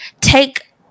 take